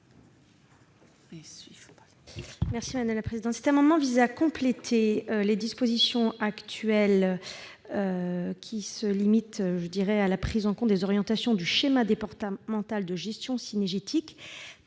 Mme Anne-Catherine Loisier. Cet amendement vise à compléter les dispositions actuelles, qui se limitent à la prise en compte des orientations du schéma départemental de gestion cynégétique,